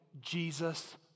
Jesus